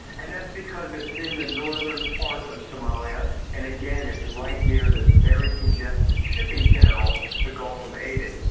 and that's because it's in the northern part of somalia and, again, it's right near this very congested shipping channel, the gulf of aden,